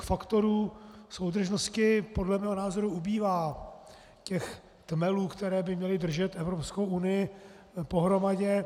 Faktorů soudržnosti podle mého názoru ubývá, těch tmelů, které by měly držet Evropskou unii pohromadě.